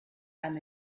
and